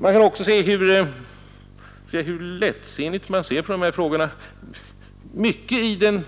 Vi kan också se hur lättvindigt man betraktar dessa frågor. Mycket i den